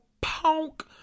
punk